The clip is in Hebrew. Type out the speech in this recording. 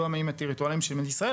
לא המים הטריטוריאליים של מדינת ישראל,